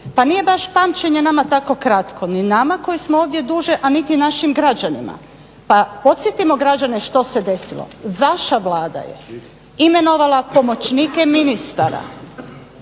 pa nije baš pamćenje nama tako kratko. Ni nama koji smo ovdje duže, a niti našim građanima. Pa podsjetimo građane što se desilo. Vaša Vlada je imenovala pomoćnike ministara